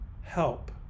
help